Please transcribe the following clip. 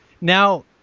Now